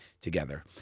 together